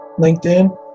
LinkedIn